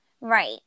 Right